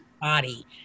body